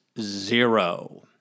zero